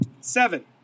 Seven